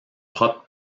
propre